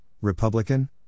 Republican